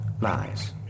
lies